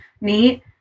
neat